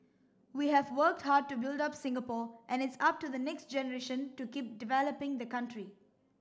we have worked hard to build up Singapore and it's up to the next generation to keep developing the country